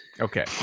Okay